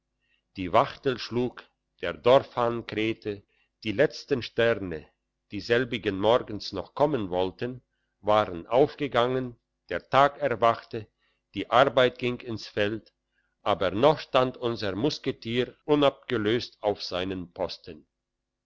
die wachtel schlug der dorfhahn krähte die letzten sterne die selbigen morgen noch kommen wollten waren aufgegangen der tag erwachte die arbeit ging ins feld aber noch stand unser musketier unabgelöst auf seinem posten